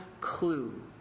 clue